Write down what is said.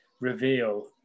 reveal